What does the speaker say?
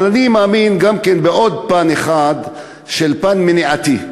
אבל אני מאמין גם כן בעוד פן אחד, פן מניעתי.